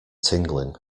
tingling